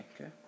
okay